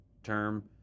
term